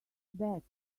back